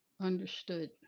Understood